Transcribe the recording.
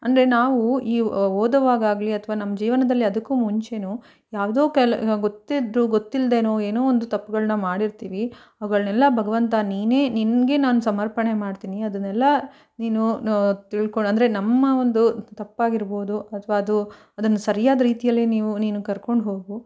ಅಂದರೆ ನಾವು ಈ ಓದುವಾಗ ಆಗಲಿ ಅಥವಾ ನಮ್ಮ ಜೀವನದಲ್ಲಿ ಅದಕ್ಕೂ ಮುಂಚೆಯೂ ಯಾವುದೋ ಕಾಲ ಗೊತ್ತಿದ್ದೂ ಗೊತ್ತಿಲ್ಲದೇನೂ ಏನೋ ಒಂದು ತಪ್ಪುಗಳ್ನ ಮಾಡಿರ್ತೀವಿ ಅವುಗಳನ್ನೆಲ್ಲ ಭಗವಂತ ನೀನೇ ನಿನಗೆ ನಾನು ಸಮರ್ಪಣೆ ಮಾಡ್ತೀನಿ ಅದನ್ನೆಲ್ಲ ನೀನು ತಿಳ್ಕೊ ಅಂದರೆ ನಮ್ಮ ಒಂದು ತಪ್ಪಾಗಿರ್ಬೋದು ಅಥವಾ ಅದು ಅದನ್ನು ಸರಿಯಾದ ರೀತಿಯಲ್ಲಿ ನೀವು ನೀನು ಕರ್ಕೊಂಡು ಹೋಗು